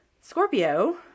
Scorpio